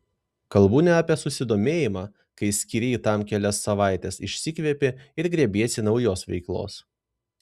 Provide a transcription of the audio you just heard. kalbu ne apie susidomėjimą kai skiri tam kelias savaites išsikvepi ir grėbiesi naujos veiklos